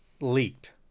leaked